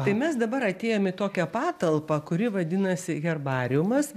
tai mes dabar atėjom į tokią patalpą kuri vadinasi herbariumas